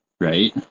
right